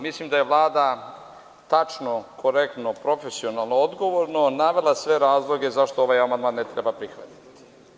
Mislim da je Vlada tačno, korektno, profesionalno, odgovorno navela sve razloge zašto ovaj amandman ne treba prihvatiti.